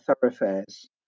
thoroughfares